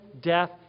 death